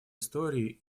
историей